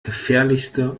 gefährlichste